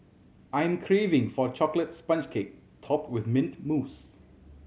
I am craving for a chocolate sponge cake topped with mint mousse